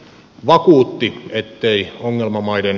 vakuutti ettei ongelmamaiden